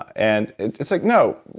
and it's like, no.